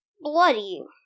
bloody